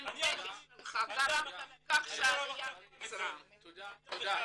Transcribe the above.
--- שלך ------ תודה.